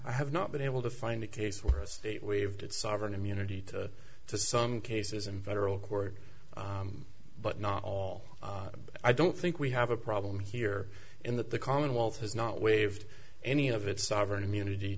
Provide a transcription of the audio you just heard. have not been able to find a case where the state waived its sovereign immunity to to some cases in federal court but not all i don't think we have a problem here in that the commonwealth has not waived any of its sovereign immunity